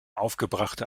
aufgebrachte